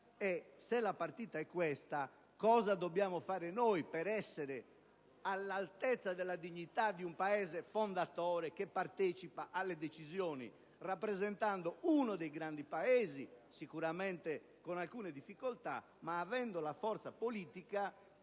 europea, decidendo cosa dobbiamo fare per essere all'altezza della dignità di un Paese fondatore che partecipa alle decisioni rappresentando uno dei grandi Paesi, sicuramente con alcune difficoltà, ma avendo la forza politica